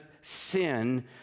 sin